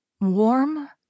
Warm